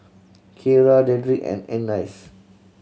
Kyara Dedric and Annice